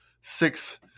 six